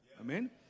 Amen